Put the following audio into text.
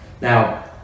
Now